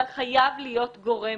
אבל חייב להיות גורם